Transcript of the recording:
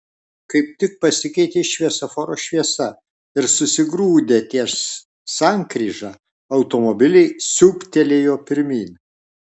kaip tik pasikeitė šviesoforo šviesa ir susigrūdę ties sankryža automobiliai siūbtelėjo pirmyn